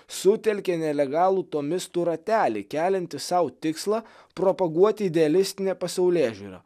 sutelkė nelegalų tomistų ratelį keliantį sau tikslą propaguoti idealistinę pasaulėžiūrą